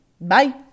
Bye